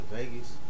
Vegas